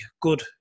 good